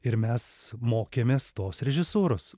ir mes mokėmės tos režisūros